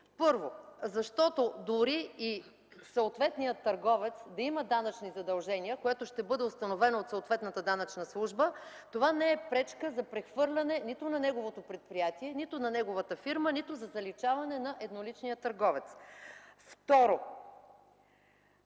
Първо, защото дори и съответният търговец да има данъчни задължения, което ще бъде установено от съответната данъчна служба, това не е пречка за прехвърляне нито на неговото предприятие, нито на неговата фирма, нито за заличаване на едноличния търговец. Второ,